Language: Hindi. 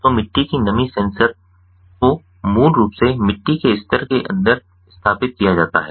तो मिट्टी की नमी सेंसर को मूल रूप से मिट्टी के स्तर के अंदर स्थापित किया जाता है